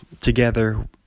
together